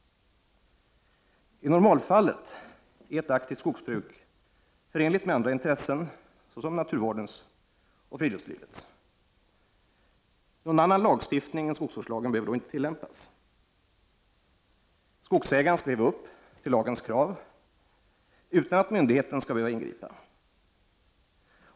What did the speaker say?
I normalfallet är ett aktivt skogsbruk förenligt med andra intressen såsom naturvårdens och friluftslivets. Någon annan lagstiftning än skogsvårdslagen behöver då inte tillämpas. Skogsägaren skall leva upp till lagens krav utan att myndigheten skall behöva ingripa.